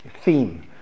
theme